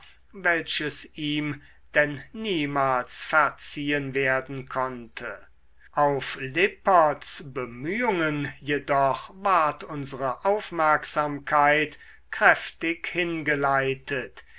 welches ihm denn niemals verziehen werden konnte auf lipperts bemühungen jedoch ward unsere aufmerksamkeit kräftig hingeleitet